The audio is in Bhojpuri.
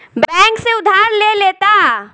बैंक से उधार ले लेता